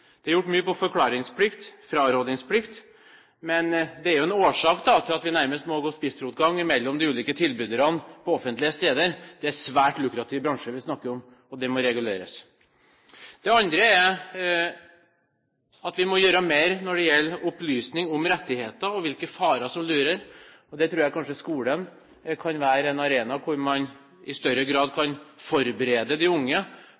det gjelder markedsføring. Det er gjort mye når det gjelder forklaringsplikt og frarådningsplikt, men det er jo en årsak til at vi nærmest må gå spissrotgang mellom de ulike tilbyderne på offentlige steder. Det er en svært lukrativ bransje vi snakker om, og det må reguleres. Det andre er at vi må gjøre mer når det gjelder opplysning om rettigheter og hvilke farer som lurer, og der tror jeg kanskje skolen kan være en arena hvor man i større grad kan forberede de unge